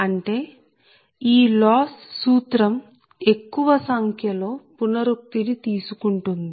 అంటే ఈ లాస్ సూత్రం ఎక్కువ సంఖ్యలో పునరుక్తి ని తీసుకుంటుంది